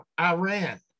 Iran